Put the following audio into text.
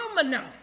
enough